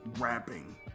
rapping